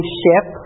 ship